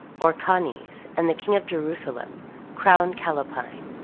orcanes and the king of jerusalem crown callapine,